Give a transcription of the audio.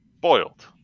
boiled